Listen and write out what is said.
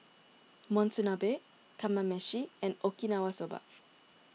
Monsunabe Kamameshi and Okinawa Soba